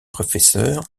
professeur